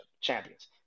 champions